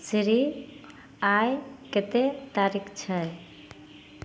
सिरी आइ कतेक तारीख छै